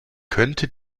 könnte